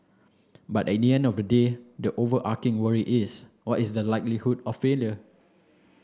but at the end of the day the overarching worry is what is the likelihood of failure